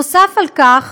נוסף על כך,